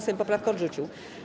Sejm poprawkę odrzucił.